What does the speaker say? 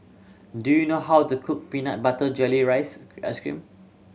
do you know how to cook peanut butter jelly rice ice cream